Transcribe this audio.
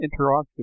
interactive